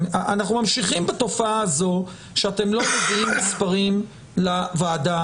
אנחנו ממשיכים בתופעה הזאת שאתם לא מביאים מספרים לוועדה.